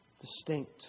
distinct